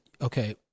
okay